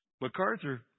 MacArthur